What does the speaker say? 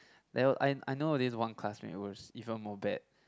never I I know of this one classmate it was even more bad